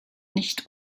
nicht